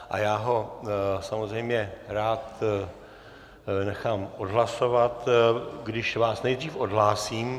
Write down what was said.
A já ho samozřejmě rád nechám odhlasovat, když vás nejdřív odhlásím.